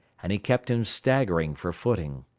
and he kept him staggering for footing.